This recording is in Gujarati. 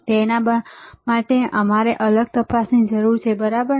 તેના માટે અમારે અલગ તપાસની જરૂર છે બરાબર ને